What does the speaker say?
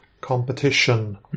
competition